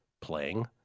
playing